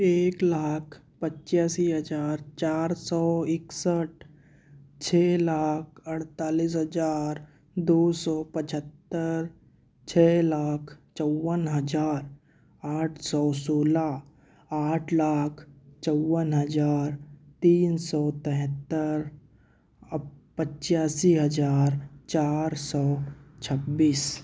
एक लाख पचासी हज़ार चार सौ इकसठ छः लाख अड़तालीस हज़ार दो सौ पचहत्तर छः लाख चौवन हज़ार आठ सौ सोलह आठ लाख चौवन हज़ार तीन सौ तिहत्तर पचासी हज़ार चार सौ छब्बीस